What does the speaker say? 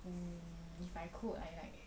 mmhmm if I could I like